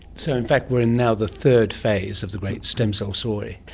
so in fact we're in now the third phase of the great stem cell story.